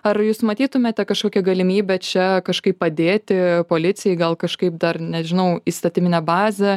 ar jūs matytumėte kažkokią galimybę čia kažkaip padėti policijai gal kažkaip dar nežinau įstatyminę bazę